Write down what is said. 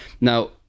Now